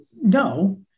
no